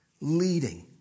Leading